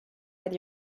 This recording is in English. with